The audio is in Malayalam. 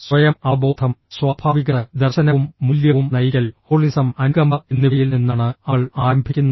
സ്വയം അവബോധം സ്വാഭാവികത ദർശനവും മൂല്യവും നയിക്കൽ ഹോളിസം അനുകമ്പ എന്നിവയിൽ നിന്നാണ് അവൾ ആരംഭിക്കുന്നത്